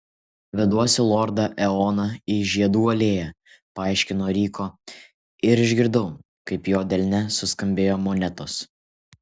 veduosi lordą eoną į žiedų alėją paaiškino ryko ir išgirdau kaip jo delne suskambėjo monetos